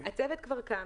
הצוות כבר קם,